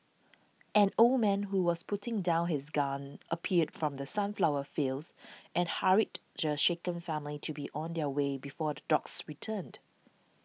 an old man who was putting down his gun appeared from the sunflower fields and hurried the shaken family to be on their way before the dogs returned